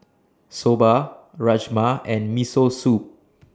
Soba Rajma and Miso Soup